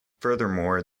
furthermore